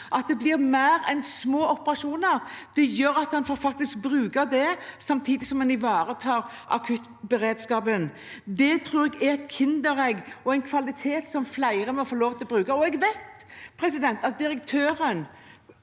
at det blir mer enn små operasjoner. Det gjør at en får brukt den samtidig som en ivaretar akuttberedskapen. Det tror jeg er et kinderegg og en kvalitet som flere må få lov til å bruke. Jeg vet at direktøren